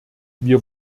wir